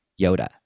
yoda